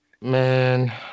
Man